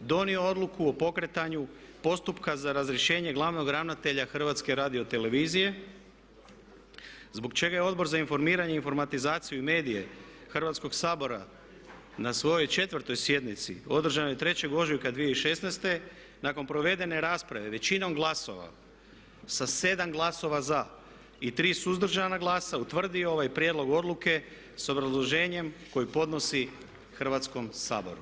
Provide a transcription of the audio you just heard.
donio odluku o pokretanju postupka za razrješenje glavnog ravnatelja HRT-a zbog čega je Odbor za informiranje, informatizaciju i medije Hrvatskoga sabora na svojoj 4. sjednici održanoj 3. ožujka 2016. nakon provedene rasprave većinom glasova sa 7 glasova za i 3 suzdržana glasa utvrdio ovaj prijedlog odluke sa obrazloženjem koje podnosi Hrvatskom saboru.